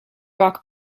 rock